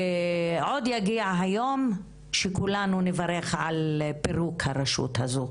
עוד יגיע היום שכולנו נברך על פירוק הרשות הזו.